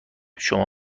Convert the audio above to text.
شما